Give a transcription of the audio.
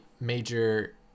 major